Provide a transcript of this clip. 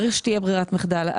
צריך שתהיה ברירת מחדל.